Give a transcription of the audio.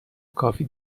کافی